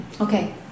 Okay